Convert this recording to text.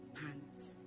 pants